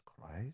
Christ